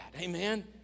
Amen